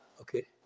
Okay